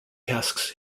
tasks